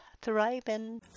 thriving